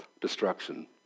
destruction